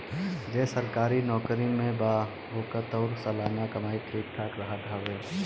जे सरकारी नोकरी में बा ओकर तअ सलाना कमाई ठीक ठाक रहत हवे